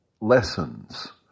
lessons